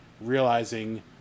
realizing